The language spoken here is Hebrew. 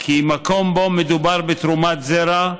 כי מקום שבו מדובר בתרומת זרע,